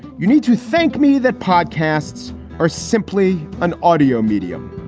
you need to thank me that podcasts are simply an audio medium.